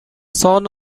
son